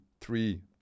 three